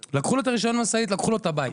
לקחו לו את רישיון המשאית, לקחו לו את הבית.